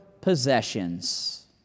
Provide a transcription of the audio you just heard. possessions